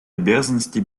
обязанности